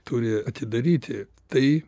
turi atidaryti tai